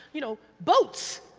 you know, boats?